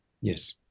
yes